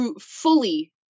fully